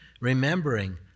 remembering